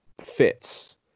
fits